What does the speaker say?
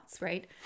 right